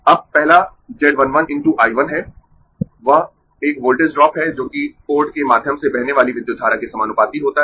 अब पहला z 1 1 × I 1 है वह एक वोल्टेज ड्रॉप है जोकि पोर्ट के माध्यम से बहने वाली विद्युत धारा के समानुपाती होता है